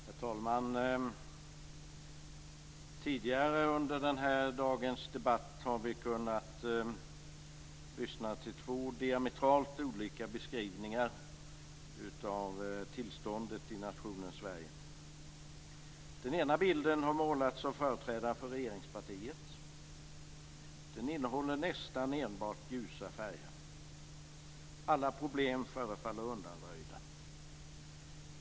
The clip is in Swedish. Herr talman! Tidigare under dagens debatt har vi kunnat lyssna till två diametralt olika beskrivningar av tillståndet i nationen Sverige. Den ena bilden har målats av företrädare för regeringspartiet. Den innehåller nästan enbart ljusa färger. Alla problem förefaller undanröjda.